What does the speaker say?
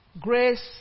Grace